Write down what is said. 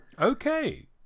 Okay